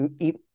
eat